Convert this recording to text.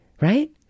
Right